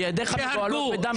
ידיך מגואלות בדם.